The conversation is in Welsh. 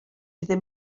ddim